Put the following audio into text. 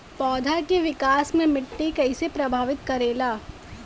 पौधा के विकास मे मिट्टी कइसे प्रभावित करेला?